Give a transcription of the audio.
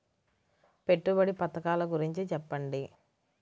పెట్టుబడి పథకాల గురించి చెప్పండి?